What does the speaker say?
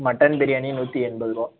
mutton biryani நூற்றி எண்பது ருபா